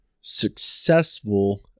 successful